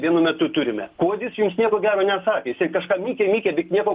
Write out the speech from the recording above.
vienu metu turime kuodis jums nieko gero neatsakė jisai kažką mykė mykė bet nieko